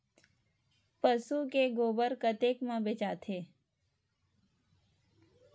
पशु के गोबर कतेक म बेचाथे?